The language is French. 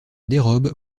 dérobe